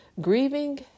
Grieving